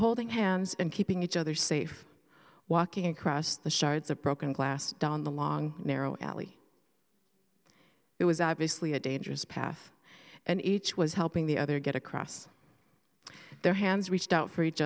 holding hands and keeping each other safe walking across the shards of broken glass down the long narrow alley it was obviously a dangerous path and each was helping the other get across their hands reached out for each